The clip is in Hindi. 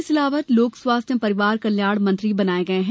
तुलसी सिलावट लोक स्वास्थ्य एवं परिवार कल्याण मंत्री बनाये गये है